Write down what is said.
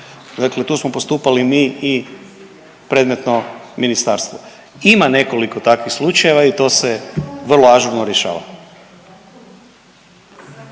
dakle tu smo postupali mi i predmetno ministarstvo. Ima nekoliko takvih slučajeva i to se vrlo ažurno rješava.